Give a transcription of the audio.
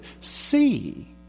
see